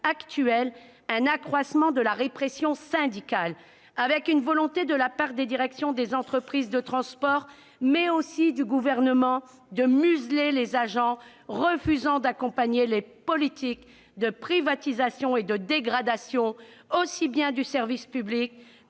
actuel, un accroissement de la répression syndicale, avec une volonté, de la part des directions des entreprises de transport, mais aussi du Gouvernement, de museler les agents refusant d'accompagner les politiques de privatisation et de dégradation tant du service public